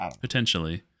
Potentially